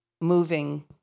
moving